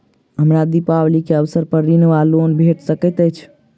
हमरा दिपावली केँ अवसर पर ऋण वा लोन भेट सकैत अछि?